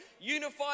unified